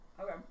Okay